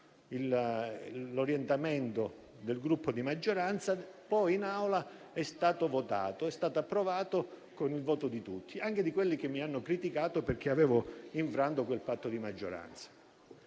l'orientamento del Gruppo di maggioranza), poi in Aula sia stato votato ed approvato con il voto di tutti, anche di quelli che mi avevano criticato per aver infranto il patto di maggioranza.